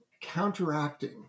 counteracting